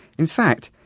in fact,